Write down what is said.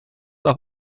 auf